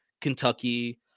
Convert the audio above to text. Kentucky